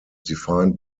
defined